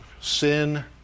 Sin